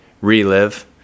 relive